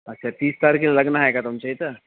अच्छा तीस तारखेला लग्न आहे का तुमच्या इथं